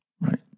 right